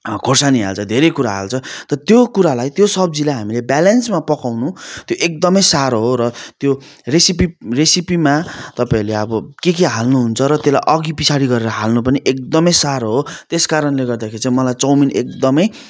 खोर्सानी हाल्छ धेरै कुरा हाल्छ त त्यो कुरालाई त्यो सब्जीलाई हामीले ब्याल्यान्समा पकाउनु त्यो एकदमै साह्रो हो र त्यो रेसिपी रेसिपीमा तपाईँहरूले अब के के हाल्नु हुन्छ र त्यसलाई अघि पछाडि गरेर हाल्नु पनि एकदमै साह्रो हो त्यस कारणले गर्दाखेरि चाहिँ मलाई चाउमिन एकदमै